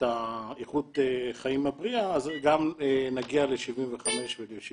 איכות החיים הבריאה אז נגיע ל-75 ול-76.